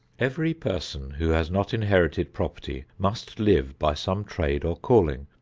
every person who has not inherited property must live by some trade or calling.